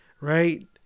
Right